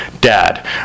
Dad